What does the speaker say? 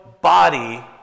body